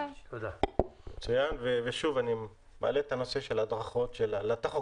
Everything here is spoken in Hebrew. על כל המשתמע.